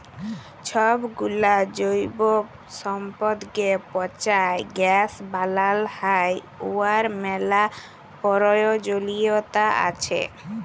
ছবগুলা জৈব সম্পদকে পঁচায় গ্যাস বালাল হ্যয় উয়ার ম্যালা পরয়োজলিয়তা আছে